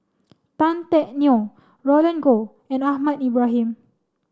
Tan Teck Neo Roland Goh and Ahmad Ibrahim